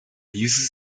uses